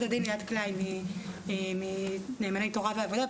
הדין ליאת קליין מנאמני תורה ועבודה,